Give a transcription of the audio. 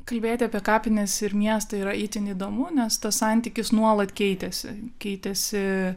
kalbėti apie kapines ir miestą yra itin įdomu nes tas santykis nuolat keitėsi keitėsi